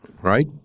Right